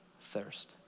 thirst